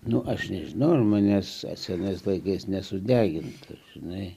nu aš nežinau ar manęs senais laikais nesudegintų žinai